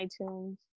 iTunes